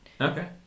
Okay